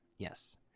Yes